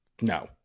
No